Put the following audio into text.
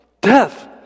Death